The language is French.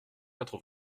quatre